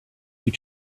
you